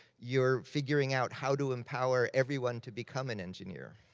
you're figuring out how to empower everyone to become an engineer.